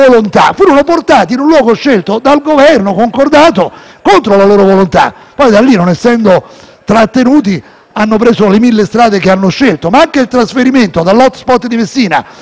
trattenuti, hanno preso le mille strade che hanno scelto. Ma anche il trasferimento dall'*hot spot* di Messina a Rocca di Papa non avvenne per loro scelta. Furono messi su dei *pullman* e portati lì. A chi contesta la